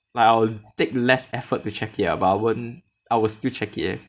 but I will take less effort to check it lah but I won't I will still check it eh